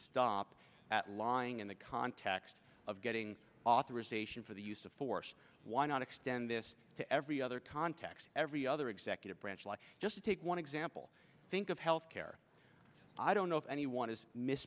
stop at lying in the context of getting authorization for the use of force why not extend this to every other context every other executive branch like just take one example think of health care i don't know if anyone is miss